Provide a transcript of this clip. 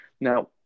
Now